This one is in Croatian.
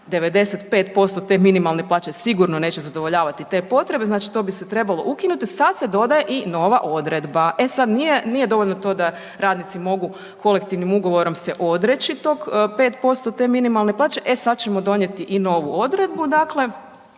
95% te minimalne plaće, sigurno neće zadovoljavati te potrebe, znači to bi se trebalo ukinuti, sad se dodaje i nova odredba. E sad nije, nije dovoljno to da radnici mogu kolektivnim ugovorom se odreći tog 5% te minimalne plaće, e sad ćemo donijeti i novu odredbu dakle